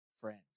friend